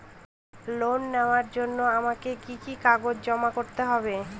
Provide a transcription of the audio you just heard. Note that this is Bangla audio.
লোন নেওয়ার জন্য আমাকে কি কি কাগজ জমা করতে হবে?